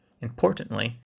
Importantly